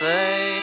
say